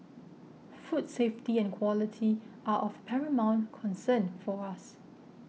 food safety and quality are of paramount concern for us